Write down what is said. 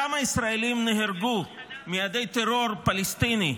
כמה ישראלים נהרגו מיעדי טרור פלסטיני,